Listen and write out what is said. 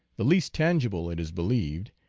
the least tangible, it is believed,